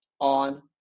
on